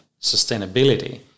sustainability